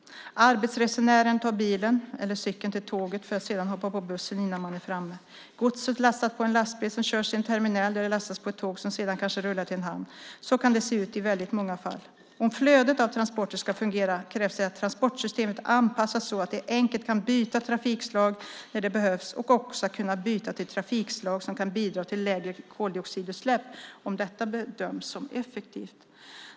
Arbetsresenären tar bilen eller cykeln till tåget för att sedan hoppa på bussen innan man är framme. Godset lastas på en lastbil som körs till en terminal där det lastas på ett tåg som sedan kanske rullar till en hamn. Så kan det se ut i väldigt många fall. Om flödet av tranporter ska fungera krävs det att transportsystemet är anpassat så att det är enkelt att byta trafikslag när det behövs och också att kunna byta till trafikslag som kan bidra till lägre CO2-utsläpp om detta bedöms som effektivt.